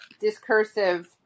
discursive